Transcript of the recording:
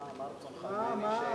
מה רצונך ממני,